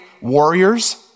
warriors